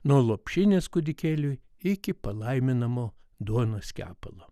nuo lopšinės kūdikėliui iki palaiminamo duonos kepalo